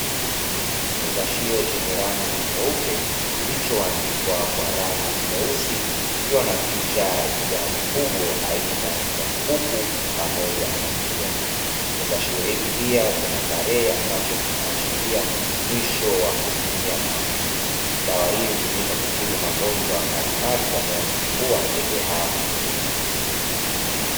Kifungashio chenye rangi nyeupe kilichoandikwa kwa rangi nyeusi kikiwa na picha ya mifugo aina ya kuku pamoja na njiwa, kifungashio hiki pia kina tarehe ambacho kinaashiria mwisho wa kutumia dawa hii. Dawa hii hutumika kutibu magonjwa mbalimbali yanayosumbua ndege hawa.